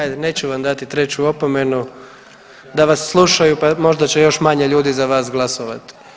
Ajde neću vam dati treću opomenu, da vas slušaju pa možda će još manje ljudi za vas glasovati.